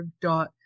dot